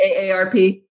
AARP